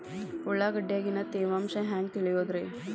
ಉಳ್ಳಾಗಡ್ಯಾಗಿನ ತೇವಾಂಶ ಹ್ಯಾಂಗ್ ತಿಳಿಯೋದ್ರೇ?